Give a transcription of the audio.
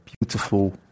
beautiful